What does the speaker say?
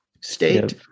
state